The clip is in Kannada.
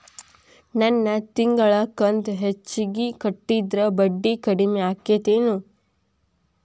ನನ್ ತಿಂಗಳ ಕಂತ ಹೆಚ್ಚಿಗೆ ಕಟ್ಟಿದ್ರ ಬಡ್ಡಿ ಕಡಿಮಿ ಆಕ್ಕೆತೇನು?